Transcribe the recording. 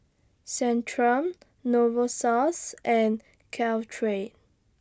Centrum Novosource and Caltrate